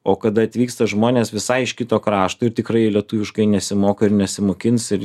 o kada atvyksta žmonės visai iš kito krašto ir tikrai lietuviškai nesimoko ir nesimokins ir